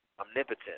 omnipotent